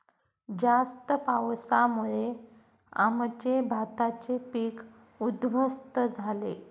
जास्त पावसामुळे आमचे भाताचे पीक उध्वस्त झाले